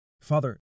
Father